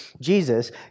Jesus